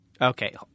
Okay